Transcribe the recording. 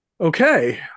Okay